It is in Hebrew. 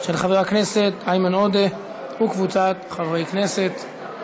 של חבר הכנסת איימן עודה וקבוצת חברי הכנסת.